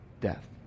death